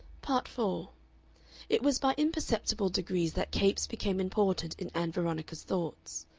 part four it was by imperceptible degrees that capes became important in ann veronica's thoughts.